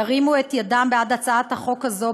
ירימו את ידם בעד הצעת החוק הזו,